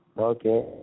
Okay